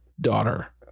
daughter